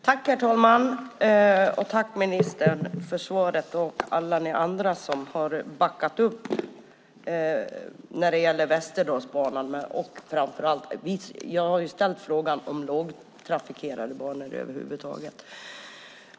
Herr talman! Jag tackar ministern för svaret och alla er andra som har backat upp när det gäller Västerdalsbanan. Min fråga gäller lågtrafikerade banor över huvud taget.